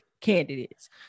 candidates